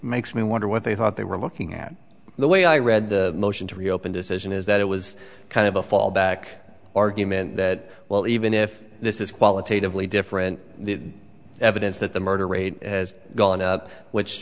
makes me wonder what they thought they were looking at the way i read the motion to reopen decision is that it was kind of a fallback argument that well even if this is qualitatively different the evidence that the murder rate has gone up which